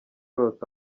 arota